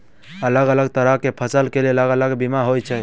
अलग अलग तरह केँ फसल केँ लेल अलग अलग बीमा होइ छै?